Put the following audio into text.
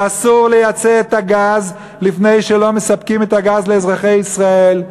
שאסור לייצא את הגז לפני שמספקים את הגז לאזרחי ישראל,